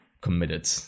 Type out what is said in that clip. committed